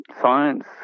science